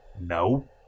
No